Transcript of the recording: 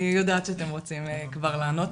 אני יודעת שאתם רוצים כבר לענות.